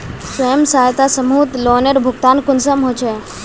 स्वयं सहायता समूहत लोनेर भुगतान कुंसम होचे?